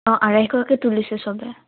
অ' আঢ়ৈশকৈ তুলিছে চবেই